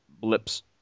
blips